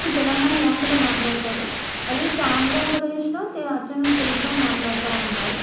తెలంగాణ యాసలో మాట్లాడతారు అదయితే ఆంధ్రప్రదేశ్లో అచ్చమైన తెలుగులో మాట్లాడుతూ ఉంటారు